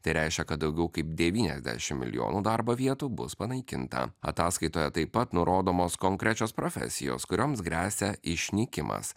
tai reiškia kad daugiau kaip devyniasdešim milijonų darbo vietų bus panaikinta ataskaitoje taip pat nurodomos konkrečios profesijos kurioms gresia išnykimas